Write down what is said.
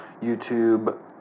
youtube